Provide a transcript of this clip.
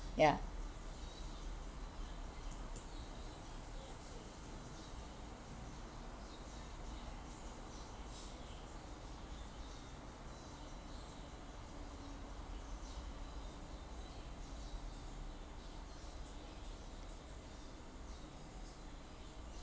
ya